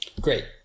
Great